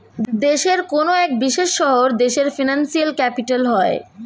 দেশের কোনো এক বিশেষ শহর দেশের ফিনান্সিয়াল ক্যাপিটাল হয়